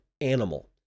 animal